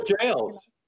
jails